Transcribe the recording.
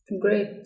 Great